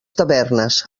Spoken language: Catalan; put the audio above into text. tavernes